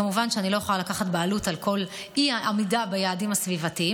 כמובן שאני לא יכולה לקחת בעלות על כל האי-עמידה ביעדים הסביבתיים,